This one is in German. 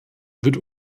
wird